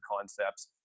concepts